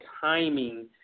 timing